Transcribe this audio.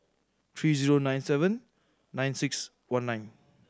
three zero nine seven nine six one nine